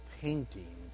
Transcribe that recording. painting